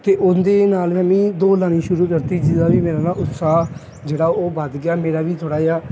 ਅਤੇ ਉਹਦੇ ਨਾਲ਼ ਮੈਂ ਵੀ ਦੌੜ ਲਾਉਣੀ ਸ਼ੁਰੂ ਕਰਤੀ ਜਿਹਦਾ ਵੀ ਮੇਰਾ ਨਾ ਉਤਸਾਹ ਜਿਹੜਾ ਉਹ ਵੱਧ ਗਿਆ ਮੇਰਾ ਵੀ ਥੋੜ੍ਹਾ ਜਿਹਾ